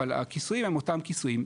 אבל הכיסויים הם אותם כיסויים,